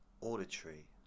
auditory